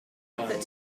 effort